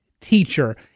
teacher